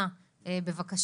בטח עכשיו